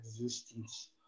existence